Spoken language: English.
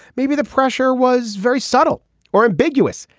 maybe the pressure was very subtle or ambiguous.